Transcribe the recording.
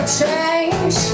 Change